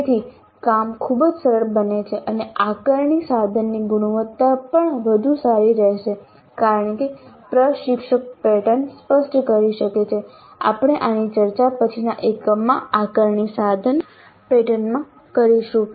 તેથી કામ ખૂબ જ સરળ બને છે અને આકારણી સાધનની ગુણવત્તા પણ વધુ સારી રહેશે કારણ કે પ્રશિક્ષક પેટર્ન સ્પષ્ટ કરી શકે છે આપણે આની ચર્ચા પછીના એકમમાં આકારણી સાધન પેટર્નમાં કરીશું